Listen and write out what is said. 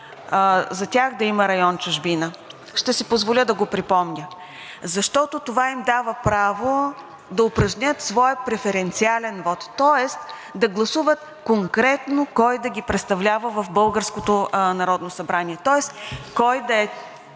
за тях да има район „Чужбина? Ще си позволя да го припомня. Защото това им дава право да упражнят своя преференциален вот, тоест да гласуват конкретно кой да ги представлява в българското Народно събрание, кой да е